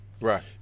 Right